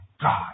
God